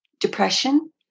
depression